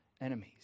enemies